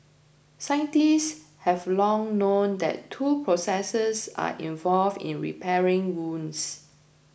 scientists have long known that two processes are involved in repairing wounds